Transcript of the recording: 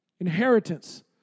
inheritance